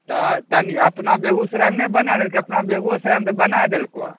तऽ तनि अपना बेगूसरायमे नहि बना देलके अपना बेगूओसरायमे तऽ बनाय देलको